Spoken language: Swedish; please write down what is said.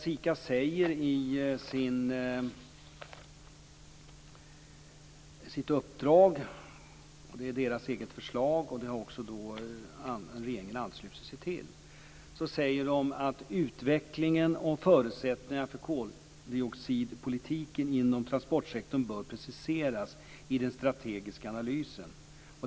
SIKA säger i sin rapport - det är deras eget förslag som regeringen har anslutit sig till - att utvecklingen och förutsättningarna för koldioxidpolitiken inom transportsektorn bör preciseras i den strategiska analysen.